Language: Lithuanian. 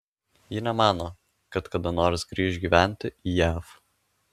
ji nemano kad kada nors grįš gyventi į jav